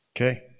okay